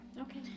Okay